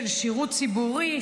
של שירות ציבורי,